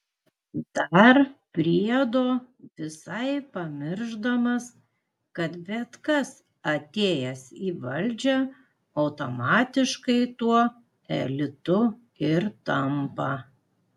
dar priedo visai pamiršdamas kad bet kas atėjęs į valdžią automatiškai tuo elitu ir tampa